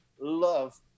love